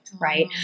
right